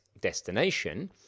destination